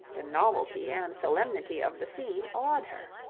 the novelty and solemnity of the scene awed her.